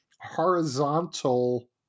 horizontal